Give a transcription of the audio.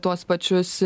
tuos pačius